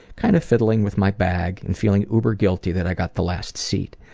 kind of fiddling with my bag and feeling uber-guilty that i got the last seat.